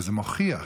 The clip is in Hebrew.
וזה מוכיח